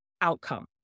outcome